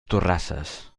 torrasses